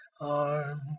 arms